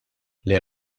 les